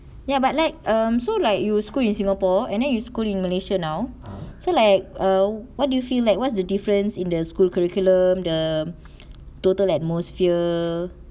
ya but like um so like you were schooled in singapore and then you school malaysia now so like err what do you feel like what's the difference in the school curriculum the total atmosphere